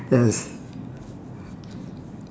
yes